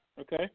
Okay